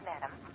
madam